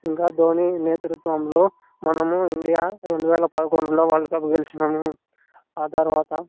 ఇంకా ధోని నేతృత్వంలో మనము ఇండియా రెండు వేల పదకొండులో వరల్డ్ కప్ గెలిచినాము ఆ తర్వాత